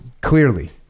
clearly